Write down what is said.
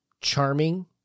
charming